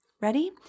Ready